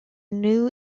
new